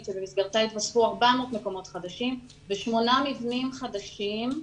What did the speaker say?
שבמסגרתה יתווספו 400 מקומות חדשים ושמונה מבנים חדשים,